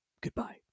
Goodbye